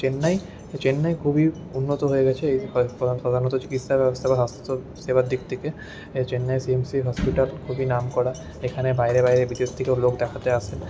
চেন্নাই চেন্নাই খুবই উন্নত হয়ে গেছে প্রধানত চিকিৎসা ব্যবস্থা বা স্বাস্থ্যসেবার দিক থেকে চেন্নাইয়ের সি এম সি হসপিটাল খুবই নাম করা এখানে বাইরে বাইরে বিদেশ থেকেও লোক দেখাতে আসে